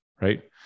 Right